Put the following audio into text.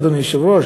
אדוני היושב-ראש,